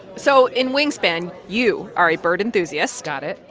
so in wingspan, you are a bird enthusiast. got it.